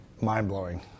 Mind-blowing